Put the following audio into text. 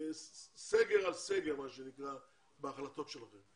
סגר על סגר מה שנקרא בהחלטות שלכם.